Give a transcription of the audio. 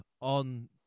on